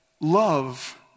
Love